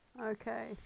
Okay